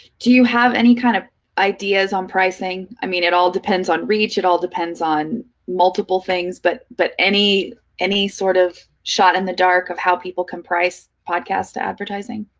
do you have any kind of ideas on pricing? i mean it all depends on reach, it all depends on multiple things, but but any any sort of shot in the dark of how people can price podcast advertising?